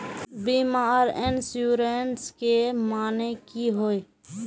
बीमा आर इंश्योरेंस के माने की होय?